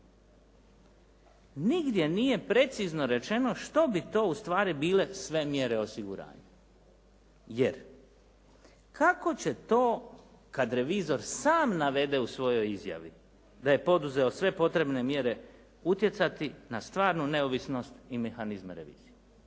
Nigdje nije precizno rečeno što bi to ustvari bile sve mjere osiguranja. Jer, kako će to kad revizor sam navede u svojoj izjavi da je poduzeo sve potrebne mjere utjecati na stvarnu neovisnost i mehanizme revizije.